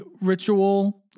ritual